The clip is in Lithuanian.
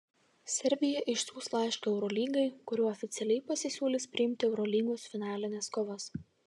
serbija išsiųs laišką eurolygai kuriuo oficialiai pasisiūlys priimti eurolygos finalines kovas